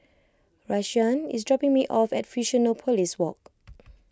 Rashaan is dropping me off at Fusionopolis Walk